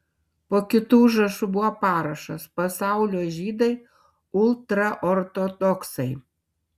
po kitu užrašu buvo parašas pasaulio žydai ultraortodoksai